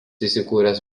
įsikūręs